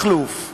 מכלוף,